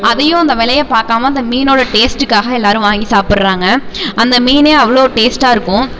அதையும் அந்த விலைய பார்க்காம அந்த மீனோட டேஸ்ட்டுக்காக எல்லாரும் வாங்கி சாப்பிட்றாங்க அந்த மீனே அவ்வளோ டேஸ்ட்டாக இருக்கும்